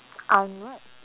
I'm what